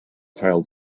child